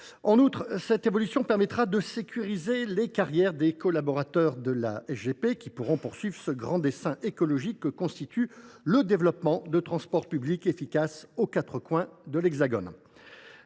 En outre, cette évolution permettra de sécuriser les carrières des collaborateurs de la SGP, qui pourront poursuivre ce grand dessein écologique que constitue le développement de transports publics efficaces aux quatre coins de l’Hexagone.